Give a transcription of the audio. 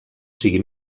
sigui